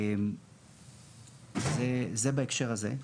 זה בהקשר הזה.